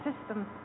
system